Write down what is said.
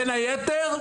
בין היתר,